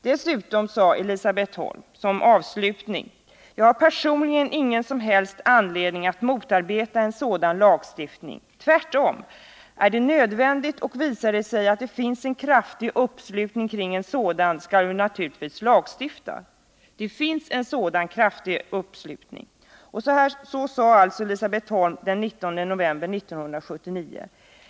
Dessutom sade Elisabet Holm som avslutning: ”Jag har personligen ingen som helst anledning att motarbeta en sådan lagstiftning; tvärtom. Är det nödvändigt och visar det sig att det finns en kraftig uppslutning kring en sådan skall vi naturligtvis lagstifta ——=.” Så sade alltså Elisabet Holm den 19 november 1979.